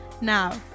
Now